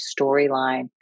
storyline